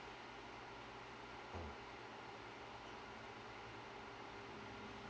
mm